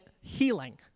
healing